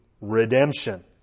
redemption